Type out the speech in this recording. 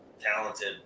talented